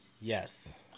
Yes